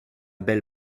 belle